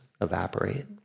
evaporate